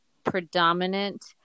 predominant